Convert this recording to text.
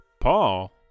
Paul